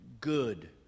good